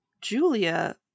Julia